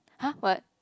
!huh! what